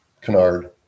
canard